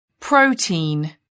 Protein